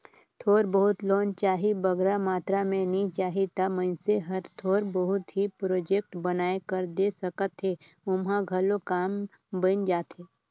थोर बहुत लोन चाही बगरा मातरा में नी चाही ता मइनसे हर थोर बहुत ही प्रोजेक्ट बनाए कर दे सकत हे ओम्हां घलो काम बइन जाथे